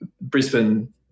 Brisbane